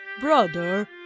Brother